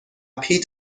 پیت